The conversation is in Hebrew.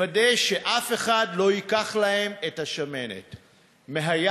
ותוודא שאף אחד לא ייקח להם את השמנת מהיד,